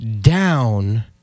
down